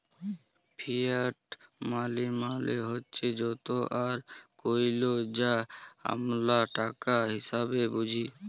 fiat মালি মালে হছে যত আর কইল যা আমরা টাকা হিসাঁবে বুঝি